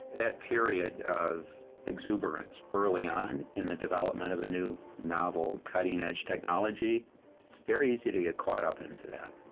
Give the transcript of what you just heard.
that period of exuberance, early on in the development of a new, novel, cutting-edge technology, it's very easy to get caught up into that.